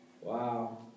Wow